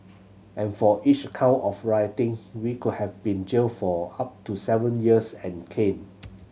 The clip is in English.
and for each count of rioting we could have been jailed for up to seven years and caned